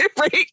right